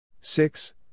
Six